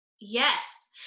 Yes